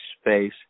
space